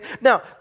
Now